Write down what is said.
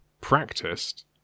practiced